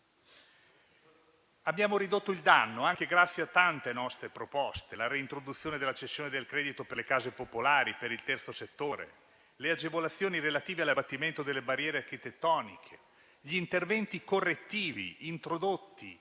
Abbiamo ridotto il danno anche grazie a tante nostre proposte: la reintroduzione della cessione del credito per le case popolari e per il terzo settore; le agevolazioni relative all'abbattimento delle barriere architettoniche; gli interventi correttivi introdotti